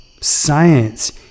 science